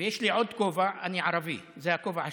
ויש לי עוד כובע: אני ערבי, זה הכובע השלישי,